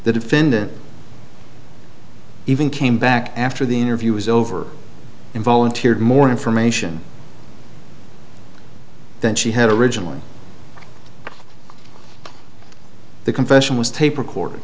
the defendant even came back after the interview was over and volunteered more information than she had originally the confession was tape recorded